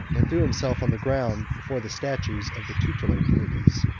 and threw himself on the ground before the statues of the tutelar deities.